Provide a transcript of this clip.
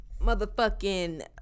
motherfucking